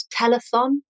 telethon